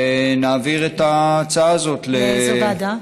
ונעביר את ההצעה הזאת, לאיזו ועדה?